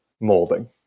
molding